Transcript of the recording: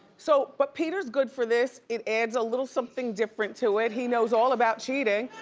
so but peter's good for this. it adds a little something different to it. he knows all about cheating.